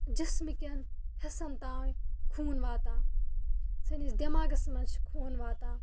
جِسمٕکٮ۪ن حِصَن تام خوٗن واتان سٲنِس دٮ۪ماغَس منٛز چھِ خوٗن واتان